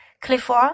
Clifford